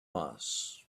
mass